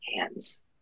hands